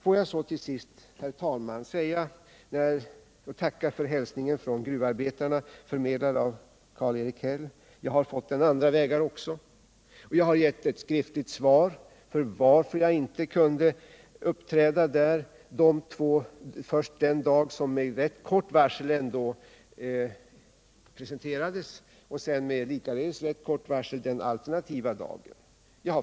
Får jag till sist, herr talman, tacka för hälsningen från gruvarbetarna förmedlad av Karl-Erik Häll. Jag har fått samma hälsning på andra vägar också. Jag har gett skriftligt besked om varför jag inte kunde uppträda där uppe, först den dag som med rätt kort varsel presenterades och sedan den likaledes med kort varsel föreslagna alternativa dagen.